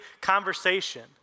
conversation